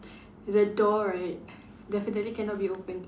the door right definitely cannot be opened